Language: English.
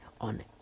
on